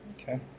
Okay